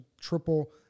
triple